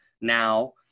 Now